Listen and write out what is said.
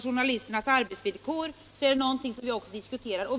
Journalisternas arbetsvillkor är också någonting vi diskuterar.